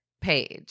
page